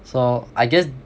so I guess